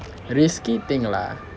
risky thing lah